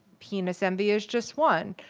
penis envy is just one.